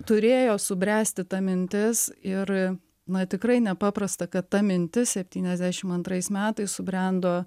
turėjo subręsti ta mintis ir na tikrai nepaprasta kad ta mintis septyniasdešim antrais metais subrendo